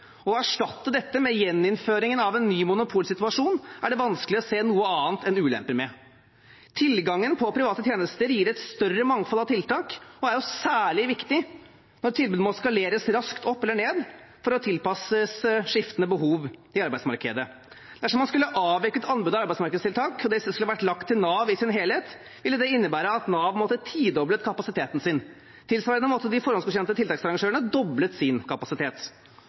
Å erstatte dette med gjeninnføringen av en ny monopolsituasjon er det vanskelig å se noe annet enn ulemper med. Tilgangen på private tjenester gir et større mangfold av tiltak og er særlig viktig når tilbud må skaleres raskt opp eller ned for å tilpasses skiftende behov i arbeidsmarkedet. Dersom man skulle avveket anbud i arbeidsmarkedstiltak og disse skulle vært lagt til Nav i sin helhet, ville det innebære at Nav måtte ha tidoblet kapasiteten sin. Tilsvarende måtte de forhåndsgodkjente tiltaksarrangørene ha doblet sin kapasitet.